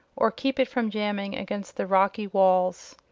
or keep it from jamming against the rocky walls.